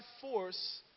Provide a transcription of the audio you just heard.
force